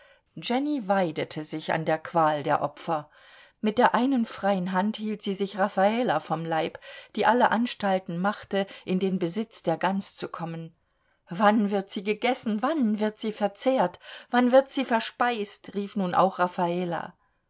jenny weidete sich an der qual der opfer mit der einen freien hand hielt sie sich raffala vom leib die alle anstalten machte in den besitz der gans zu kommen wann wird sie gegessen wann wird sie verzehrt wann wird sie verspeist rief nun auch raffala